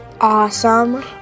Awesome